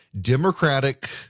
Democratic